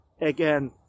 again